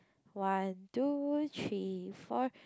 one two three four